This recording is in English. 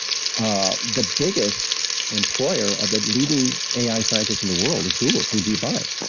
ah the biggest employer of the leading ai scientists in the world is google through deepmind